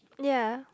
ya